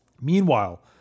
meanwhile